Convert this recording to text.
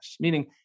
meaning